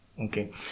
Okay